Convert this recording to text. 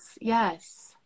yes